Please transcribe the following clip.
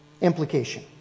implication